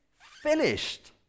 finished